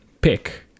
pick